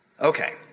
Okay